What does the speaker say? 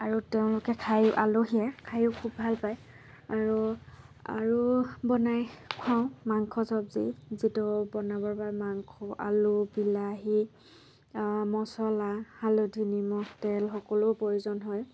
আৰু তেওঁলোকে খায় আলহীয়ে খায়ো খুব ভাল পাই আৰু আৰু বনাই খুৱাওঁ মাংস চব্জি যিটো বনাবৰ বাবে মাংস আলু বিলাহী মচলা হালধি নিমখ তেল সকলো প্ৰয়োজন হয়